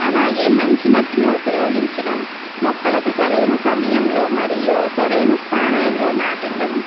అలాగే మంచి మట్టిని ఉపయోగించడం మొక్కలకు సరైన సమయంలో మరియు సరైన స్థానంలో నాటడం